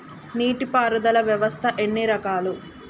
నీటి పారుదల వ్యవస్థ ఎన్ని రకాలు?